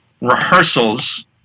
rehearsals